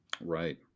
Right